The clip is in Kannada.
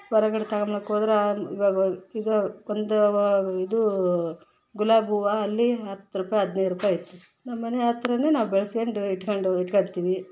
ಹೊರಗಡೆ ತಗೋಳಕ್ ಹೋದ್ರ ಇದಾವೆ ಒಂದು ಇದು ಗುಲಾಬಿ ಹೂವು ಅಲ್ಲಿ ಹತ್ತು ರುಪಾಯಿ ಹದಿನೈದು ರುಪಾಯಿ ನಮ್ಮ ಮನೆ ಹತ್ರನೇ ನಾವು ಬೆಳೆಸ್ಕೊಂಡ್ ಇಟ್ಕೊಂಡು ಇಟ್ಕೊಂತಿವಿ